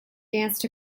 danced